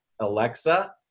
Alexa